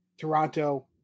Toronto